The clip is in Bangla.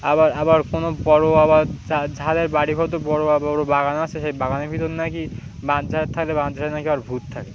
আবার আবার কোনো বড়ো আবার ঝালের বাড়ি ঘর তো বড়ো আবার বড়ো বাগান আসে সেই বাগানের ভিতর নাকি বাঁধঝার থাকে বাঁধঝার নাকি আবার ভূত থাকে